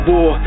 War